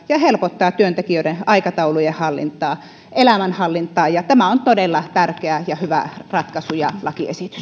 ja helpottaa työntekijöiden aikataulujen hallintaa elämänhallintaa tämä on todella tärkeä ja hyvä ratkaisu ja lakiesitys